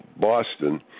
Boston